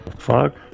fuck